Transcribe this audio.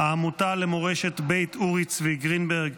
העמותה למורשת בית אורי צבי גרינברג,